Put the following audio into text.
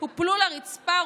הופלו לרצפה,